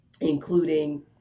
including